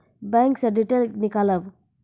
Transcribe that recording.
Bank से detail नीकालव?